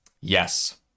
Yes